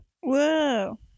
Whoa